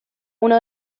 uno